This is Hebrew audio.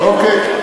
אוקיי.